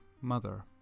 mother